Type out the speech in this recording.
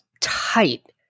tight